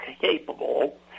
capable